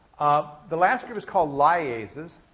ah the last group is called lyases,